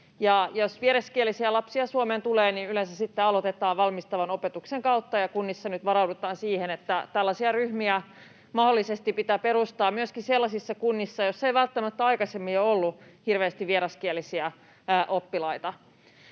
jos vieraskielisiä lapsia Suomeen tulee, niin yleensä sitten aloitetaan valmistavan opetuksen kautta, ja kunnissa nyt varaudutaan siihen, että tällaisia ryhmiä mahdollisesti pitää perustaa myöskin sellaisissa kunnissa, joissa ei välttämättä aikaisemmin ole ollut hirveästi vieraskielisiä oppilaita.